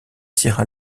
sierra